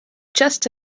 just